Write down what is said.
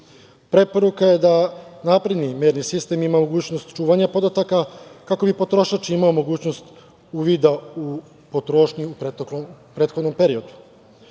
Preporuka je da napredni merni sistem ima mogućnost čuvanja podataka kako bi potrošač imao mogućnost uvida u potrošnju u proteklom periodu. Iz